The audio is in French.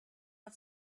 par